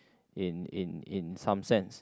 in in in some sense